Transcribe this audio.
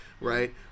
right